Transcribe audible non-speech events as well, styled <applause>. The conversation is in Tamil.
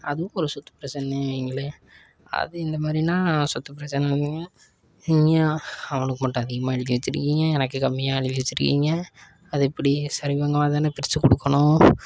அதுவும் ஒரு சொத்து பிரச்சனைனே வைங்களேன் அது இந்த மாதிரின்னா சொத்து பிரச்சனைன்னு <unintelligible> ஏன் அவனுக்கு மட்டும் அதிகமாக எழுதி வச்சிருக்கிங்க எனக்கு கம்மியாக எழுதி வச்சிருக்கிங்க அது எப்படி சரி பாகமாக தானே பிரித்து கொடுக்குணும்